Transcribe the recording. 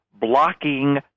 blocking